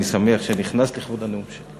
אני שמח שנכנסת לכבוד הנאום שלי,